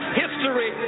history